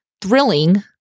thrilling